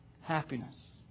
happiness